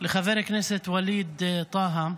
לחבר הכנסת ווליד טאהא,